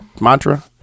Mantra